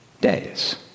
days